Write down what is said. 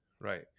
right